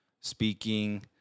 speaking